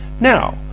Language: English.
Now